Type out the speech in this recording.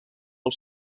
del